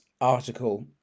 article